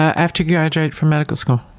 after graduating from medical school.